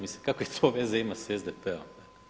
Mislim, kakve to veze ima sa SDP-om.